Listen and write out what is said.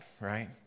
right